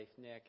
Nick